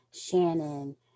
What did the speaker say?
Shannon